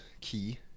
key